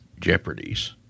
jeopardies